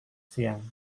siang